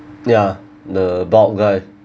ya the bald guy